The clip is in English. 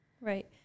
Right